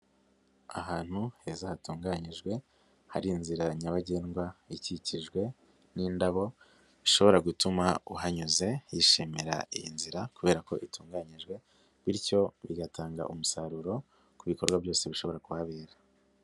Ahantu heza hatunganyijwe, hari inzira nyabagendwa ikikijwe n'indabo zishobora gutuma uhanyuze yishimira iyi nzira kubera ko itunganyijwe, bityo bigatanga umusaruro ku bikorwa byose bishobora kuhabera.